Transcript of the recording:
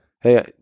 hey